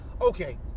okay